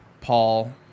Paul